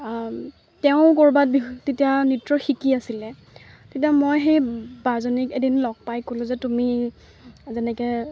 তেওঁ ক'ৰবাত বিহু তেতিয়া নৃত্য শিকি আছিলে তেতিয়া মই সেই বাজনীক এদিন লগ পাই ক'লোঁ যে তুমি যেনেকৈ